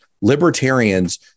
libertarians